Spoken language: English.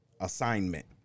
assignment